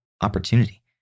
opportunity